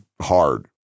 hard